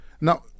Now